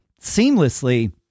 seamlessly